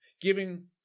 Giving